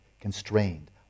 constrained